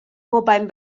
mobein